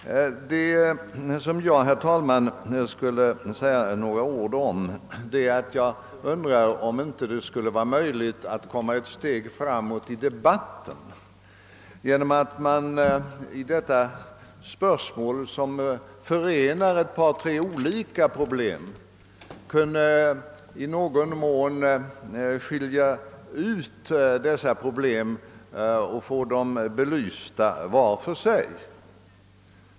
Jag begärde närmast ordet för att ställa frågan huruvida det inte skulle vara möjligt att komma ett steg framåt i debatten genom att dela upp problemkomplexet, som i sig rymmer ett par tre olika problem, och få de olika problemen belysta vart för sig.